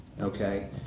Okay